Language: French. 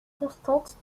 constante